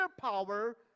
power